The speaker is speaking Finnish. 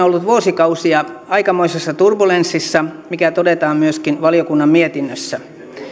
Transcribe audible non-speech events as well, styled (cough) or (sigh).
(unintelligible) ollut vuosikausia aikamoisessa turbulenssissa mikä todetaan myöskin valiokunnan mietinnössä